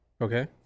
Okay